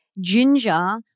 ginger